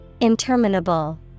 Interminable